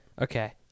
Okay